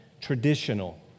Traditional